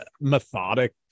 methodic